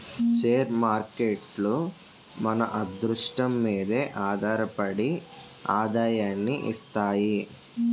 share మార్కేట్లు మన అదృష్టం మీదే ఆధారపడి ఆదాయాన్ని ఇస్తాయి